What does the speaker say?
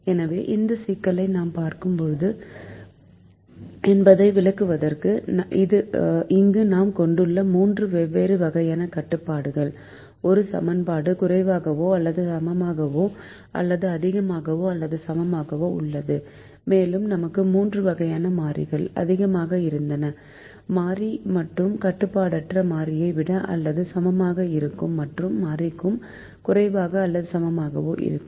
எனவே இந்த சிக்கலை நாம் பார்த்தோம் என்பதை விளக்குவதற்கு இங்கு நாம் கொண்டுள்ள 3 வெவ்வேறு வகையான கட்டுப்பாடுகள் ஒரு சமன்பாடு குறைவாகவோ அல்லது சமமாகவோ அல்லது அதிகமாகவோ அல்லது சமமாகவோ உள்ளது மேலும் நமக்கு 3 வகையான மாறிகள் அதிகமாக இருந்தன மாறி மற்றும் கட்டுப்பாடற்ற மாறியை விட அல்லது சமமாக இருக்கும் மற்றும் மாறிக்கு குறைவாக அல்லது சமமாக இருக்கும்